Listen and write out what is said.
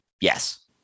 Yes